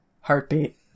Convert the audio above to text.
Heartbeat